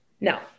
No